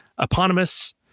eponymous